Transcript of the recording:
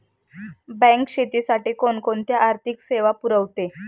Bank शेतीसाठी कोणकोणत्या आर्थिक सेवा पुरवते?